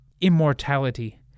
immortality